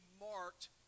marked